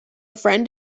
friend